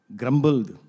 grumbled